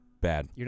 bad